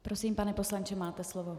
Prosím, pane poslanče, máte slovo.